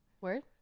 Word